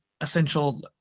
essential